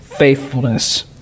faithfulness